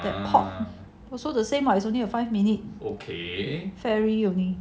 the port also the same or it's only a five minute ferry only